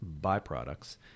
byproducts